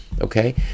okay